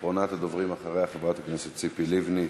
אחרונת הדוברים אחריה, חברת הכנסת ציפי לבני.